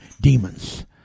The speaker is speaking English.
demons